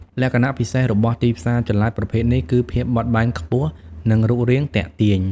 លក្ខណៈពិសេសរបស់ទីផ្សារចល័តប្រភេទនេះគឺ ភាពបត់បែនខ្ពស់ និងរូបរាងទាក់ទាញ។